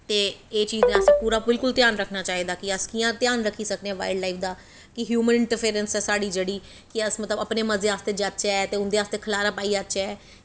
ते एह् चीज दा असें बिल्कुल पूरा ध्यान रक्खना चाहिदा ऐ कि अस कि'यां ध्यान रक्खी सकने आं बाइल्ड लाइफ दा कि हयुमन इंट्रफेरैंस जेह्ड़ी साढ़ी ते अस मतलब अपने मजे आस्तै जाचे ते उं'दै आस्तै खलारा पाई आचै